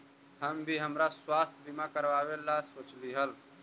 हम भी हमरा स्वास्थ्य बीमा करावे ला सोचली हल